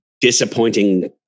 disappointing